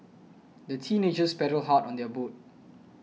the teenagers paddled hard on their boat